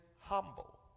humble